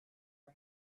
for